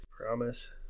Promise